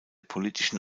politischen